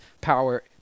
power